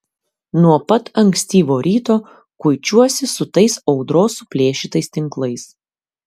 nuo pat ankstyvo ryto kuičiuosi su tais audros suplėšytais tinklais